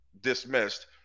dismissed